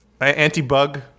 anti-bug